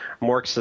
more